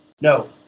No